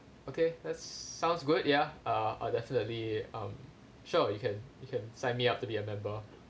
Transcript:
okay that's sounds good ya uh uh definitely um sure you can you can sign me up to be a member